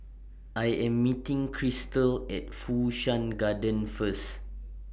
I Am meeting Crystal At Fu Shan Garden First